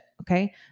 Okay